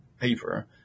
paper